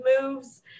moves